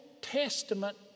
Testament